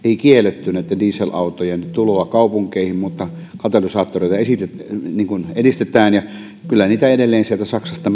ei kielletä diesel autojen tuloa kaupunkeihin mutta katalysaattoreiden asentamista edistetään kyllä niitä autoja edelleen sieltä saksasta